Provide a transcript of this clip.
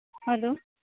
hello